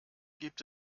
gibt